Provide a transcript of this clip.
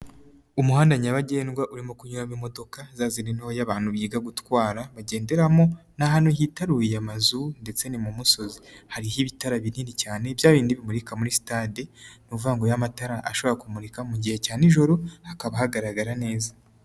Umuhanda nyabagendwa urimo kunyuramo imodoka za zindi ntoya abantu biga gutwara bagenderamo, ni ahantu hitaruye amazu ndetse ni mu musozi, hariho ibitara binini cyane bya bindi bimurika muri sitade, ni ukuvuga ngo ya matara ashobora kumurika mu gihe cya nijoro hakaba hagaragara neza.